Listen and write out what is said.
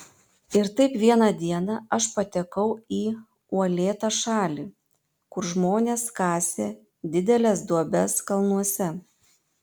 ir taip vieną dieną aš patekau į uolėtą šalį kur žmonės kasė dideles duobes kalnuose